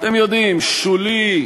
אתם יודעים, שולי,